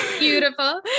beautiful